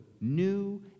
new